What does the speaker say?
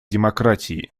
демократии